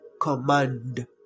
command